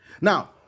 now